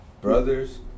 brothers